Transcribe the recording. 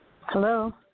Hello